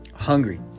hungry